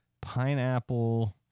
pineapple